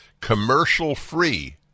commercial-free